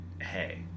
hey